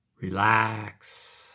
Relax